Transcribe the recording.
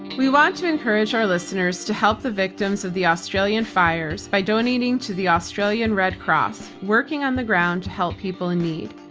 we want to encourage our listeners to help the victims of the australian fires by donating to the australian red cross. working on the ground to help people in need.